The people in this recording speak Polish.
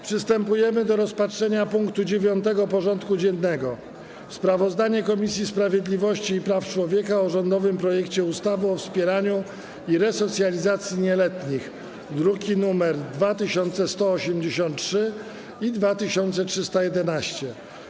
Przystępujemy do rozpatrzenia punktu 9. porządku dziennego: Sprawozdanie Komisji Sprawiedliwości i Praw Człowieka o rządowym projekcie ustawy o wspieraniu i resocjalizacji nieletnich (druki nr 2183 i 2311)